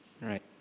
Right